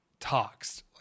toxed